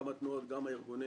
גם התנועות וגם הארגונים.